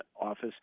office